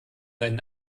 deinen